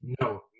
no